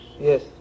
Yes